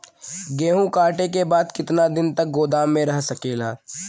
गेहूँ कांटे के बाद कितना दिन तक गोदाम में रह सकेला?